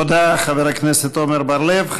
תודה, חבר הכנסת עמר בר-לב.